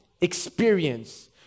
experience